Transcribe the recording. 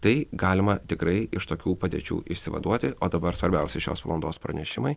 tai galima tikrai iš tokių padėčių išsivaduoti o dabar svarbiausi šios valandos pranešimai